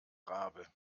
rabe